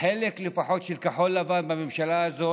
לפחות החלק של כחול לבן בממשלה הזו